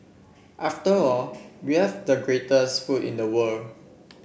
after all we have the greatest food in the world